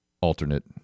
alternate